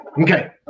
okay